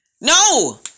No